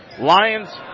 Lions